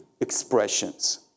expressions